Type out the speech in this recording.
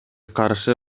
каршы